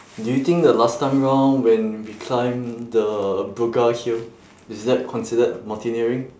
do you think the last time round when we climbed the buga hill is that considered mountaineering